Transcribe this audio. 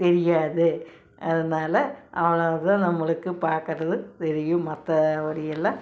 தெரியாது அதனாலே அவ்வளோ தான் நம்மளுக்கு பார்க்கறது தெரியும் மற்றபடியெல்லாம்